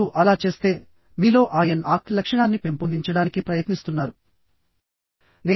మీరు అలా చేస్తే మీలో ఆ ఎన్ ఆక్ లక్షణాన్ని పెంపొందించడానికి ప్రయత్నిస్తున్నారు